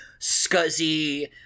scuzzy